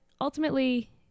Ultimately